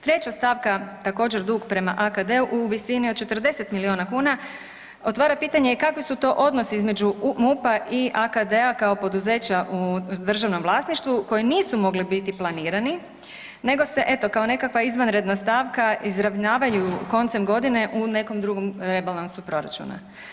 Treća stavka također dug prema AKD-u u visini od 40 miliona kuna otvara pitanje kakvi su to odnosi između MUP-a i AKD-a kao poduzeća u državnom vlasništvu koji nisu mogli biti planirani nego se eto kao nekakva izvanredna stavka izravnavaju koncem godine u nekom drugom rebalansu proračuna.